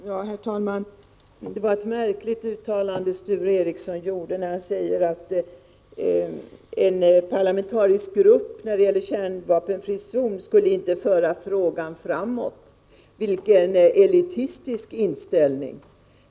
Herr talman! Det var ett märkligt uttalande Sture Ericson gjorde, när han sade att en parlamentarisk grupp när det gäller kärnvapenfri zon inte skulle föra frågan framåt. Vilken elitistisk inställning!